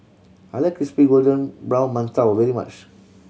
I like crispy golden brown mantou very much